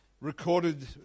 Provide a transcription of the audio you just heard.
recorded